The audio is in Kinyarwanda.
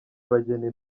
abageni